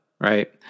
right